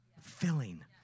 filling